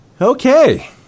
Okay